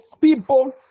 people